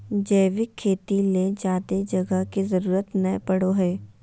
जैविक खेती ले ज्यादे जगह के जरूरत नय पड़ो हय